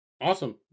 Awesome